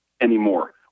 anymore